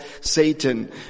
Satan